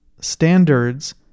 standards